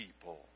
people